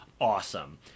awesome